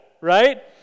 right